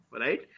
Right